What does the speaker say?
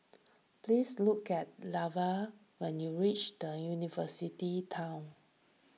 please look at Leva when you reach the University Town